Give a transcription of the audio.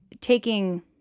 taking